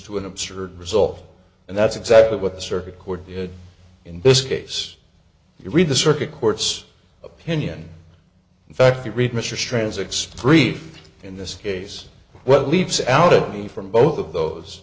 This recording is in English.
to an absurd result and that's exactly what the circuit court did in this case you read the circuit court's opinion in fact you read mr transit spreed in this case what leaps out at me from both of those